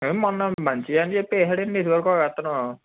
మొన్న మంచిగా చెప్పి వేశాడు ఇదివరకు ఒక అతను